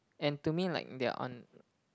and to me like they're on